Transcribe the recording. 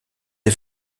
est